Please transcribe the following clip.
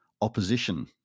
opposition